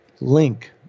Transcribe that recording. link